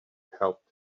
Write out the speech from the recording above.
helped